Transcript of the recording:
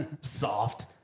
soft